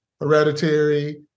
hereditary